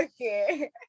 Okay